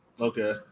okay